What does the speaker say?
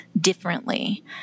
differently